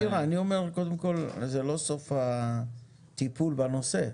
קודם כול, זה לא סוף הטיפול בנושא.